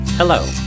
Hello